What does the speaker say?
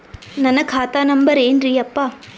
ನನ್ನ ಖಾತಾ ನಂಬರ್ ಏನ್ರೀ ಯಪ್ಪಾ?